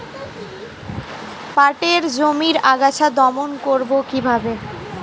পাটের জমির আগাছা দমন করবো কিভাবে?